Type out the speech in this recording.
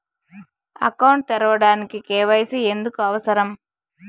Account తెరవడానికి, KYC ఎందుకు అవసరం?